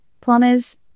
plumbers